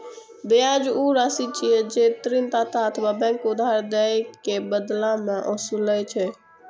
ब्याज ऊ राशि छियै, जे ऋणदाता अथवा बैंक उधार दए के बदला मे ओसूलै छै